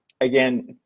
again